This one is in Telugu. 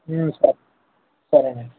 సరే సరేనండి